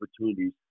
opportunities